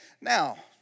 now